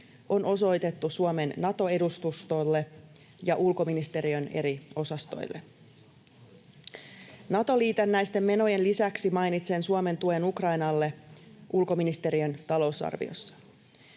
on osoitettu Suomen Nato-edustustolle ja ulkoministeriön eri osastoille. Nato-liitännäisten menojen lisäksi mainitsen Suomen tuen Ukrainalle ulkoministeriön talousarviossa.